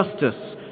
justice